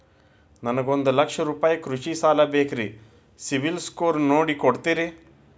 ನನಗೊಂದ ಲಕ್ಷ ರೂಪಾಯಿ ಕೃಷಿ ಸಾಲ ಬೇಕ್ರಿ ಸಿಬಿಲ್ ಸ್ಕೋರ್ ನೋಡಿ ಕೊಡ್ತೇರಿ?